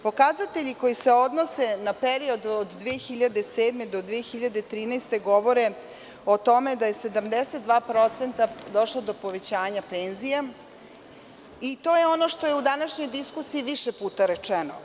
Pokazatelji koji se odnose na period od 2007. do 2013. godine govore o tome da je 72% došlo do povećanja penzija i to je ono što je u današnjoj diskusiji više puta rečeno.